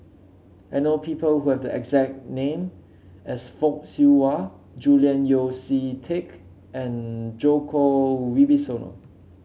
I know people who have the exact name as Fock Siew Wah Julian Yeo See Teck and Djoko Wibisono